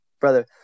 brother